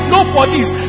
Nobody's